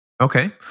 Okay